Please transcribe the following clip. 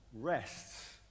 rests